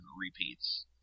repeats